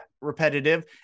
repetitive